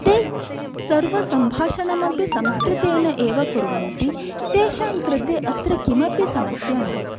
ते सर्वसम्भाषणम् अपि संस्कृतेन एव कुर्वन्ति तेषाङ्कृते अत्र किमपि समस्या नास्ति